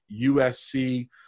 USC